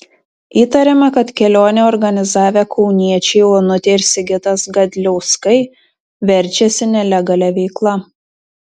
įtariama kad kelionę organizavę kauniečiai onutė ir sigitas gadliauskai verčiasi nelegalia veikla